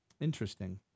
Interesting